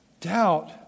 doubt